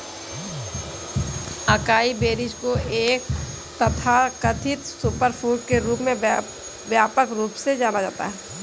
acai berries को एक तथाकथित सुपरफूड के रूप में व्यापक रूप से जाना जाता है